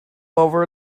over